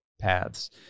paths